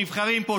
נבחרים פה,